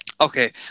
Okay